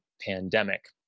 pandemic